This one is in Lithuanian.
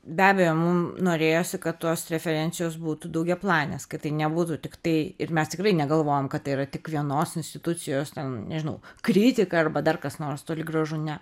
be abejo mum norėjosi kad tos preferencijos būtų daugiaplanės kad tai nebūtų tiktai ir mes tikrai negalvojom kad tai yra tik vienos institucijos ten nežinau kritika arba dar kas nors toli gražu ne